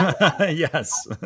yes